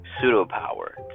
pseudo-power